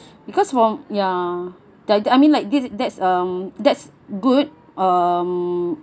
because while ya that I mean like this that's um that's good um